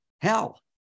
hell